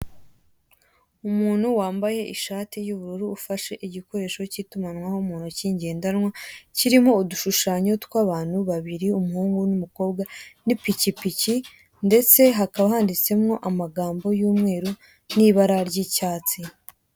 Umuntu wambaye ishati y'ubururu ufashe igikoresho cy'itumanaho mu ntoki ngendanwa, kirimo udushushanyo tw'abantu babiri umuhungu n'umukobwa, n'ipikipiki ndetse hakaba handitsemo amagambo y'umweru ndetse n'ibara ry'icyatsi.